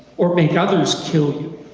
or make others kill you.